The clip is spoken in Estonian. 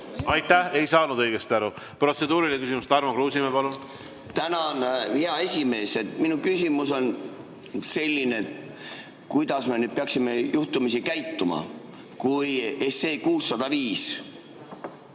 Aitäh! Ei saanud õigesti aru. Protseduuriline küsimus, Tarmo Kruusimäe, palun! Tänan, hea esimees! Minu küsimus on selline, et kuidas me nüüd peaksime juhtumisi käituma. Kui 605